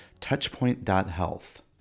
touchpoint.health